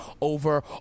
over